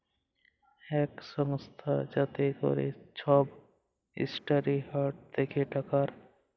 ইক সংস্থা যাতে ক্যরে ছব ইসট্যালডাড় দ্যাখে টাকার